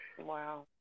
Wow